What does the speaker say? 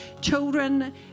children